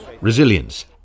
resilience